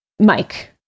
Mike